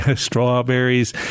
strawberries